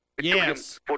Yes